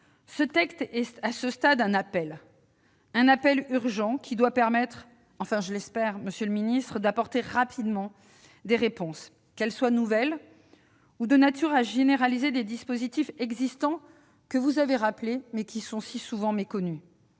ce texte est, à ce stade, un appel, qui est urgent. Il doit permettre, je l'espère, monsieur le ministre, d'apporter rapidement des réponses, que celles-ci soient nouvelles ou généralisent les dispositifs qui existent- vous les avez rappelés -, mais qui sont si souvent méconnus.